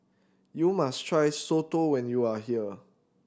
you must try soto when you are here